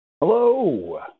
hello